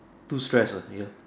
too stress lah here